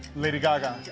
lady gaga.